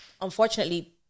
unfortunately